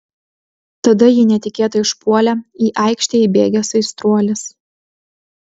tada jį netikėtai užpuolė į aikštę įbėgęs aistruolis